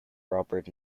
robert